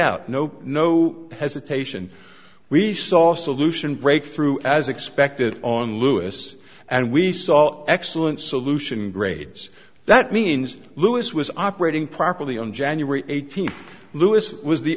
out nope no hesitation we saw solution break through as expected on lewis and we saw excellent solution grades that means louis was operating properly on january eighteenth louis was the